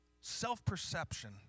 self-perception